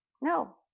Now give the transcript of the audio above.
No